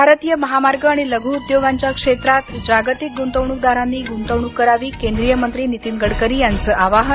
भारतीय महामार्ग आणि लघू उद्योगांच्या क्षेत्रात जागतिक गुंतवणूकदारांनी गुंतवणूक करावी केंद्रीय मंत्री नीतीन गडकरी यांचं आवाहन